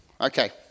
Okay